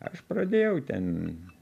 aš pradėjau ten